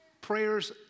prayers